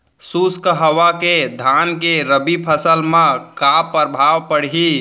शुष्क हवा के धान के रबि फसल मा का प्रभाव पड़ही?